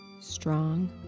strong